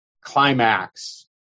climax